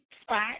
spot